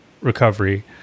recovery